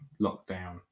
lockdown